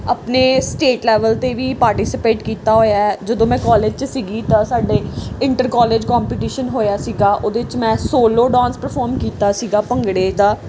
ਆਪਣੇ state level 'ਤੇ ਵੀ ਪਾਰਟੀਸਪੇਟ ਕੀਤਾ ਹੋਇਆ ਜਦੋਂ ਮੈਂ ਕੋਲਜ 'ਚ ਸੀਗੀ ਤਾਂ ਸਾਡੇ ਇੰਟਰ ਕੋਲਜ ਕੋਂਪੀਟੀਸ਼ਨ ਹੋਇਆ ਸੀਗਾ ਉਹਦੇ 'ਚ ਮੈਂ ਸੋਲੋ ਡਾਂਸ ਪਰਫੋਰਮ ਕੀਤਾ ਸੀਗਾ ਭੰਗੜੇ ਦਾ